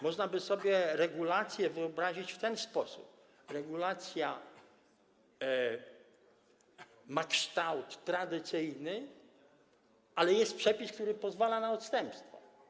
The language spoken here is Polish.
Można by sobie regulację wyobrazić w ten sposób: regulacja ma kształt tradycyjny, ale jest przepis, który pozwala na odstępstwa.